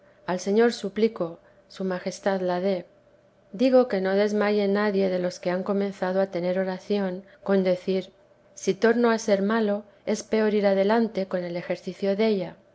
al señor suplico su majestad la dé digo que no desmaye nadie de los que han comenzado a tener oración con decir si torno a ser malo es peor ir adelante con el ejercicio della